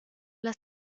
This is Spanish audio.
las